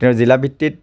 তেওঁ জিলা ভিত্তিত